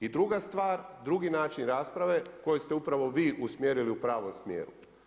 I druga stvar, drugi način rasprave, koji ste upravo vi usmjerili u pravom smjeru.